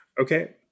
Okay